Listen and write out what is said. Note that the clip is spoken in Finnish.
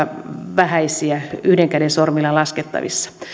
vähissä yhden käden sormilla laskettavissa